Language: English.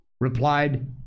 replied